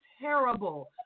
terrible